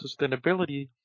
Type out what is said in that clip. sustainability